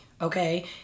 okay